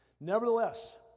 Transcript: Nevertheless